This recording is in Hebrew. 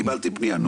קיבלתי פנייה.